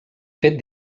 fet